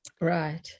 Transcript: Right